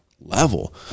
level